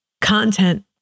Content